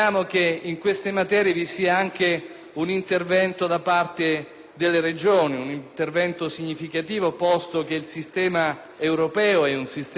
delle Regioni, un intervento significativo, posto che il sistema europeo è un sistema federale che riconosce le autonomie territoriali degli Stati,